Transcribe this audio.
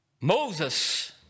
Moses